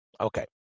Okay